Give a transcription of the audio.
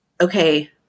okay